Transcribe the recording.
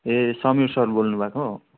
ए Sameer sir बोल्नु भएको